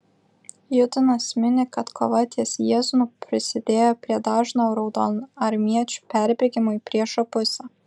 judinas mini kad kova ties jieznu prisidėjo prie dažno raudonarmiečių perbėgimo į priešo pusę